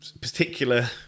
particular